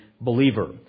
believer